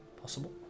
possible